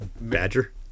badger